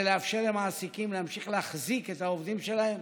לאפשר למעסיקים להמשיך להחזיק את העובדים שלהם